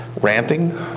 ranting